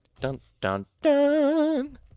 Dun-dun-dun